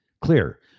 Clear